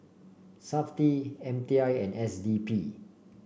Safti M T I and S D P